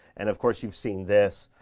and of course you've seen this.